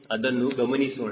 ಅದನ್ನು ಗಮನಿಸೋಣ